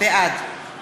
בעד